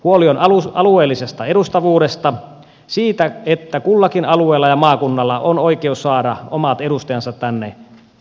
huoli on alueellisesta edustavuudesta siitä että kullakin alueella ja maakunnalla on oikeus saada omat edustajansa tänne suomen parlamenttiin